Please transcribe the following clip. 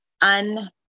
un